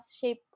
shape